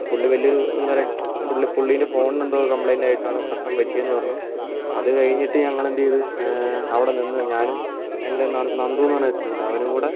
പക്ഷേ പുള്ളി വലിയൊരു എന്താ പറയാ പുള്ളി പുള്ളീൻ്റെ ഫോണിനെന്തോ കംപ്ലൈൻറ്റ് ആയിട്ടാണ് പ്രശ്നം പറ്റിയേന്നു പറഞ്ഞു അത് കഴിഞ്ഞിട്ട് ഞങ്ങൾ എന്ത് ചെയ്തു അവിടെ നിന്ന് ഞാനും എൻ്റെ ന നന്ദു എന്ന് പറഞ്ഞ ഒരുത്തനുണ്ട് അവനും കൂടെ